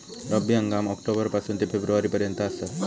रब्बी हंगाम ऑक्टोबर पासून ते फेब्रुवारी पर्यंत आसात